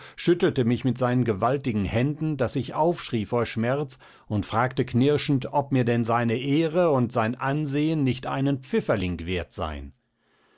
schüttelte mich mit seinen gewaltigen händen daß ich aufschrie vor schmerz und fragte knirschend ob mir denn seine ehre und sein ansehen nicht einen pfifferling wert seien